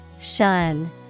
Shun